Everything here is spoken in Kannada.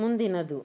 ಮುಂದಿನದು